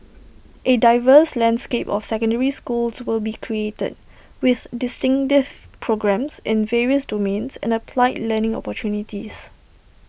A diverse landscape of secondary schools will be created with distinctive programmes in various domains and applied learning opportunities